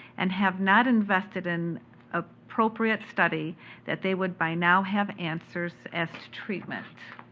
and have not invested in ah appropriate study that they would by now have answers as to treatment.